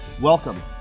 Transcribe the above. Welcome